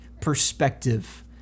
perspective